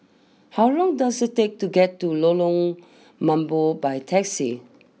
how long does it take to get to Lorong Mambong by taxi